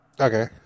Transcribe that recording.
Okay